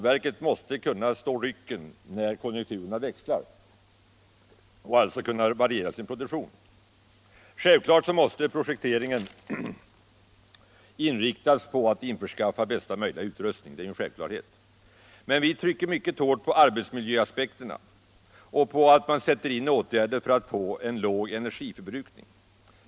Projekteringen måste inriktas på att införskaffa bästa möjliga utrustning —- det är en självklarhet — men vi trycker också mycket hårt på arbetsmiljöaspekterna och på att man sätter in åtgärder för att få en låg energiförbrukning.